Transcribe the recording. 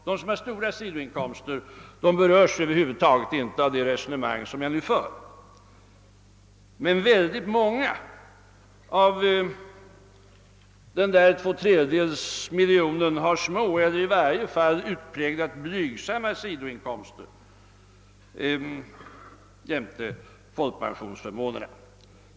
De som har stora sådana berörs inte alls av det resonemang jag nu för, men många av denna två tredjedels miljon har utpräglat små eller i varje fall blygsamma sidoinkomster jämte folkpensionsförmånerna.